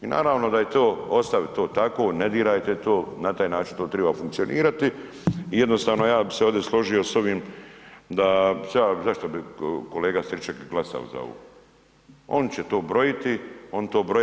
I naravno da je to ostavi to tako, ne dirajte to, na taj način to treba funkcionirati i jednostavno ja bi se ovdje složio s ovim da, zašto bi kolega Stričak glasao za ovo, oni će to brojiti, oni to broje.